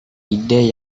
ide